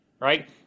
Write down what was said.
Right